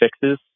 fixes